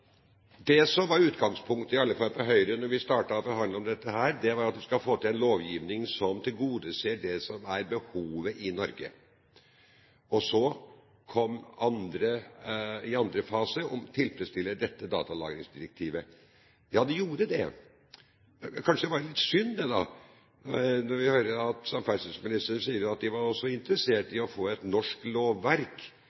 Det som var utgangspunktet, i hvert fall for Høyre da vi startet å forhandle om dette, var at vi skulle få til en lovgivning som tilgodeser det som er behovet i Norge. Så kom i andre fase: Tilfredsstiller dette datalagringsdirektivet? Ja, det gjorde det. Kanskje det var litt synd, når vi nå hører at samferdselsministeren sier at de også var interessert